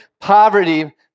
poverty